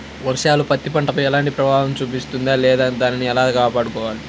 వర్షాలు పత్తి పంటపై ఎలాంటి ప్రభావం చూపిస్తుంద లేదా దానిని ఎలా కాపాడుకోవాలి?